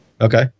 Okay